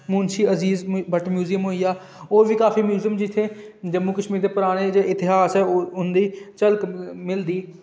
Munshi Aziz Bhat museum होईआ होर बी काफी म्यूज़ियम जित्थें जम्मू कश्मीर दे पुराने इतिहास दी झलक मिलदी